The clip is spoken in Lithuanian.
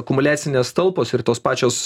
akumuliacinės talpos ir tos pačios